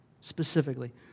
specifically